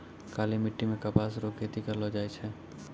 काली मिट्टी मे कपास रो खेती करलो जाय छै